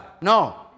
No